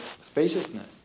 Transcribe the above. spaciousness